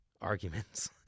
arguments